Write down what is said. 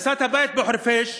הריסת הבית בחורפיש